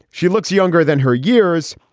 she looks younger than her years,